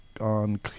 on